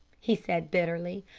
he said bitterly.